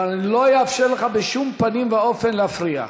אבל אני לא אאפשר לך בשום פנים ואופן להפריע.